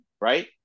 right